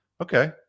okay